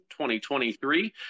2023